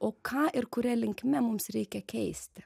o ką ir kuria linkme mums reikia keisti